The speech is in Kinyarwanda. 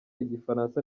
igifaransa